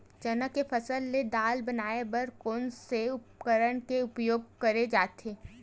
चना के फसल से दाल बनाये बर कोन से उपकरण के उपयोग करे जाथे?